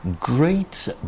great